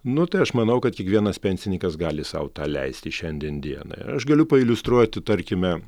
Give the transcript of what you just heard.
nu tai aš manau kad kiekvienas pensininkas gali sau tą leisti šiandien dienai aš galiu pailiustruoti tarkime